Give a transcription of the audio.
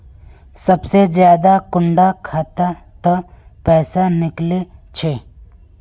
सबसे ज्यादा कुंडा खाता त पैसा निकले छे?